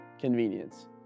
convenience